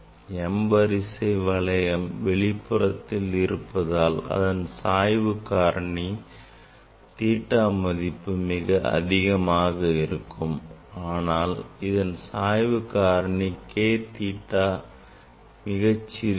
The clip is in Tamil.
m வரிசை வளையம் வெளிப்புறத்தில் இருப்பதால் அதன் சாய்வு காரணி theta மதிப்பு மிக அதிகமாகும் ஆனால் இதன் சாய்வு காரணி K theta மிகச் சிறியது